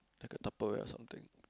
like the Tupperware or something